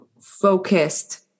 focused